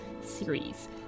series